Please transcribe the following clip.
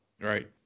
Right